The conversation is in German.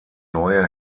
neue